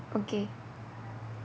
okay